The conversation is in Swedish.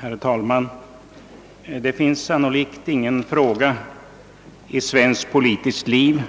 Herr talman! Det finns sannolikt ingen annan fråga i svenskt politiskt liv